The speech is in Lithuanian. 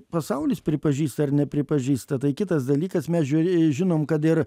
pasaulis pripažįsta ar nepripažįsta tai kitas dalykas mes žiūrė žinom kad ir